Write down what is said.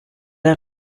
are